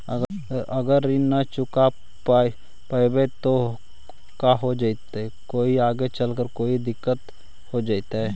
अगर ऋण न चुका पाई न का हो जयती, कोई आगे चलकर कोई दिलत हो जयती?